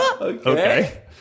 Okay